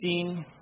16